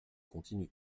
continue